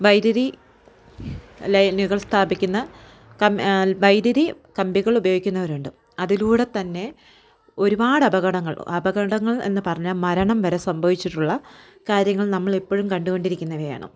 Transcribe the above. വൈദ്യുതി ലൈനുകൾ സ്ഥാപിക്കുന്ന കമ്പ് വൈദ്യുതി കമ്പികൾ ഉപയോഗിക്കുന്നവരുണ്ട് അതിലൂടെ തന്നെ ഒരുപാട് അപകടങ്ങൾ അപകടങ്ങൾ എന്ന് പറഞ്ഞ മരണം വരെ സംഭവിച്ചിട്ടുള്ള കാര്യങ്ങൾ നമ്മളിപ്പഴും കണ്ട് കൊണ്ടിരിക്കുന്നവയാണ്